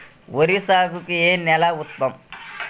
వరి సాగుకు ఏ నేల ఉత్తమం?